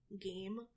game